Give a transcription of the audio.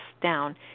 down